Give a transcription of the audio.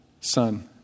Son